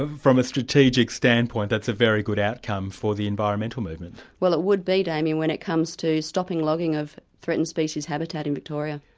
from a strategic standpoint, that's a very good outcome for the environmental movement. well it would be, damien, when it comes to stopping logging of threatened species habitat in victoria.